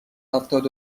هفتاد